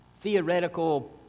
theoretical